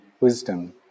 wisdom